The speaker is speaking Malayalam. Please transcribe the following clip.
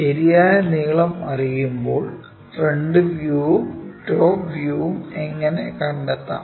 ശരിയായ നീളം അറിയുമ്പോൾ ഫ്രണ്ട് വ്യൂവും ടോപ് വ്യൂവും എങ്ങനെ കണ്ടെത്താം